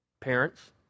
parents